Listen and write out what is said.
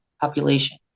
population